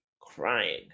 crying